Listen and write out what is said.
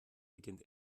beginnt